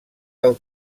del